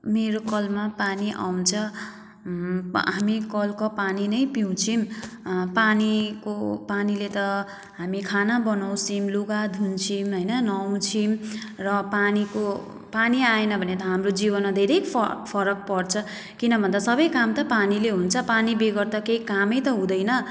मेरो कलमा पानी आउँछ हामी कलको पानी नै पिउँछौँ पानीको पानीले त हामी खाना बनाउँछौँ लुगा धुन्छौँ हैन नुहाउँछौँ र पानीको पानी आएन भने त हाम्रो जीवनमा धेरै फ फरक पर्छ किन भन्दा सबै काम त पानीले हुन्छ पानीबेगर त केही कामै त हुँदैन